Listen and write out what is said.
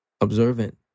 observant